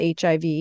HIV